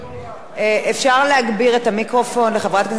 אפשר להגביר את המיקרופון לחברת הכנסת זהבה גלאון,